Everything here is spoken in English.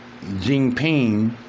Jinping